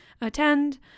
attend